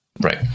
right